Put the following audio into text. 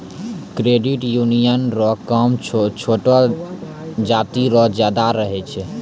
credit union रो काम छोटो जाति रो ज्यादा रहै छै